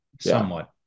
Somewhat